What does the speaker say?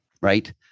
right